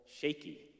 shaky